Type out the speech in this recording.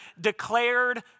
declared